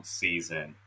season